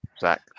Zach